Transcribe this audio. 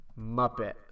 muppet